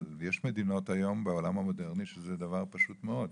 אבל יש מדינות היום בעולם המודרני שזה דבר פשוט מאוד,